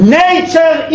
nature